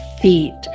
feet